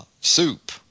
soup